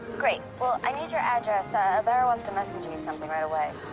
great. well, i need your address. ah abara wants to messenger you something right away.